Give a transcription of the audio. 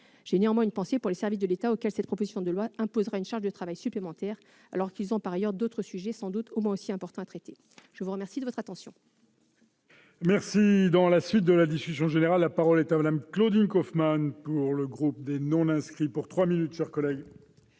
J'ai néanmoins une pensée pour les services de l'État auxquels cette proposition de loi imposera une charge de travail supplémentaire alors qu'ils ont par ailleurs d'autres sujets, sans doute au moins aussi importants, à traiter. Très bien. La parole est